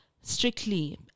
strictly